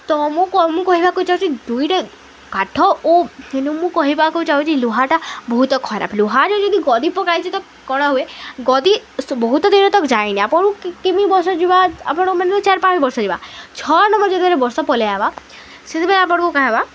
ତ ମୁଁ କ ମୁଁ କହିବାକୁ ଚାହୁଁଛି ଦୁଇଟା କାଠ ଓ କିନ୍ତୁ ମୁଁ କହିବାକୁ ଚାହୁଛି ଲୁହାଟା ବହୁତ ଖରାପ ଲୁହାରେ ଯଦି ଗଦି ପକାଇଛି ତ କଣା ହୁୁଏ ଗଦି ବହୁତ ଦିନରେ ତ ଯାଇନି ଆପଣଙ୍କୁ କେ କେମି ବର୍ଷ ଯିବ ଆପଣଙ୍କୁ ମାନେ ଚାର ପାଞ୍ଚ ବର୍ଷ ଯିବା ଛଅ ନମ୍ବର୍ ଯେତେବେଳେ ବର୍ଷ ପଳାଇଆସିବ ସେତେବେଳେ ଆପଣଙ୍କୁ କାହବା